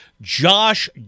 Josh